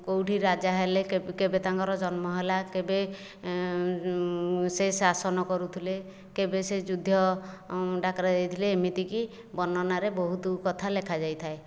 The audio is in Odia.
କେଉଁଠି ରାଜା ହେଲେ କେବେ ତାଙ୍କର ଜନ୍ମ ହେଲା କେବେ ସେ ଶାସନ କରୁଥିଲେ କେବେ ସେ ଯୁଦ୍ଧ ଡାକରା ଦେଇଥିଲେ ଏମିତି କି ବର୍ଣ୍ଣନାରେ ବହୁତ କଥା ଲେଖାଯାଇଥାଏ